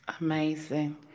Amazing